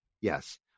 yes